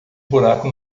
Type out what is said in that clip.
buraco